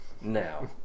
now